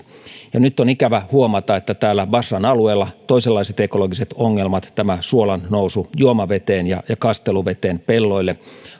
nyt on ikävä huomata että täällä basran alueella on toisenlaiset ekologiset ongelmat suolan nousu juomaveteen ja ja kasteluveteen pelloille